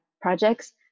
projects